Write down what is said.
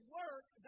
work